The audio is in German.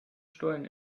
stollen